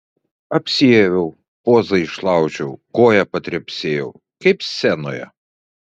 apsiaviau pozą išlaužiau koja patrepsėjau kaip scenoje